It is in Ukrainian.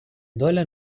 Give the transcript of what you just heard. доля